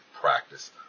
practice